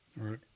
Right